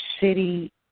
city